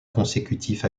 consécutif